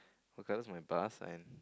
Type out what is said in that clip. okay that's my bus and